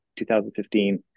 2015